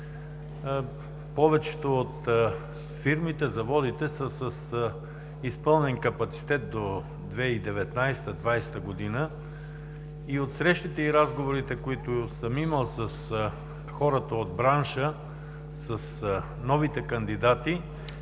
Повечето от фирмите и заводите са с изпълнен капацитет до 2019 – 2020 г. От срещите и разговорите, които съм имал с хората от бранша, с новите кандидати,